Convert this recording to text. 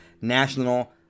National